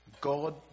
God